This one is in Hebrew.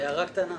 הערה קטנה.